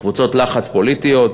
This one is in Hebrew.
קבוצות לחץ פוליטיות.